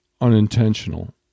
unintentional